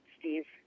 Steve